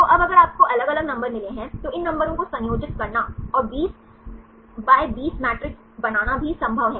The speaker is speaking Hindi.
तो अब अगर आपको अलग अलग नंबर मिले हैं तो इन नंबरों को संयोजित करना और 20 × 20 मैट्रिक्स बनाना भी संभव है